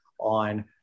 on